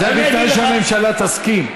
זה בתנאי שהממשלה תסכים.